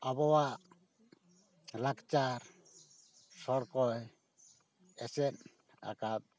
ᱟᱵᱚᱣᱟᱜ ᱞᱟᱠᱪᱟᱨ ᱥᱚᱲᱠᱚᱭ ᱮᱥᱮᱫ ᱟᱠᱟᱫ ᱛᱟᱵᱚᱱᱟ